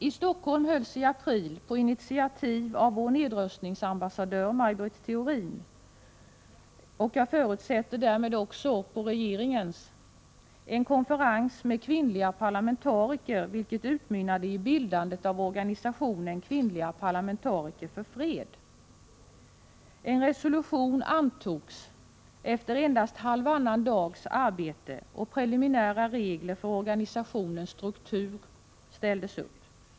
I Stockholm hölls i april på initiativ av vår nedrustningsambassadör Maj Britt Theorin — och, förutsätter jag, därmed också regeringen — en konferens med kvinnliga parlamentariker, vilket utmynnade i bildandet av organisationen Kvinnliga parlamentariker för fred. En resolution antogs efter endast halvannan dags arbete och preliminära regler för organisationens struktur ställdes upp.